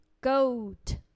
Goat